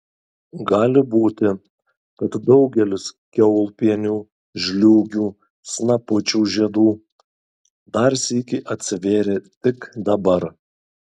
gali būti kad daugelis kiaulpienių žliūgių snapučių žiedų dar sykį atsivėrė tik dabar